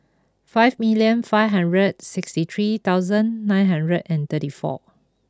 five million five hundred sixty three thousand nine hundred and thirty four